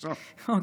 אוקיי,